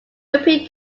european